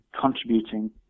contributing